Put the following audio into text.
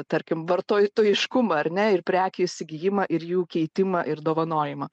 tarkim vartotojiškumą ar ne ir prekių įsigijimą ir jų keitimą ir dovanojimą